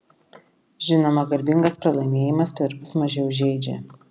žinoma garbingas pralaimėjimas perpus mažiau žeidžia